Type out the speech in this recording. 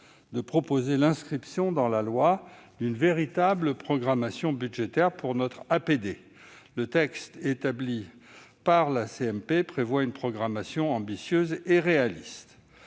de proposer l'inscription dans la loi d'une véritable programmation budgétaire pour notre APD. Le texte établi par la commission mixte paritaire prévoit une programmation ambitieuse et réaliste.